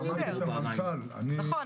שמעתם את המנכ"ל, אני גם --- לא,